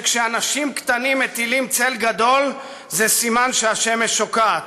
שכשאנשים קטנים מטילים צל גדול זה סימן שהשמש שוקעת.